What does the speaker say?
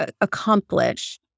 accomplish